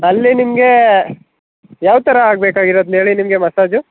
ಅಲ್ಲಿ ನಿಮಗೆ ಯಾವ ಥರ ಆಗ್ಬೇಕು ಆಗಿರೋದ್ ಹೇಳಿ ನಿಮಗೆ ಮಸಾಜು